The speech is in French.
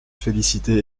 féliciter